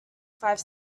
five